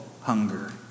hunger